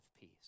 peace